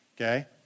Okay